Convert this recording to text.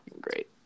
great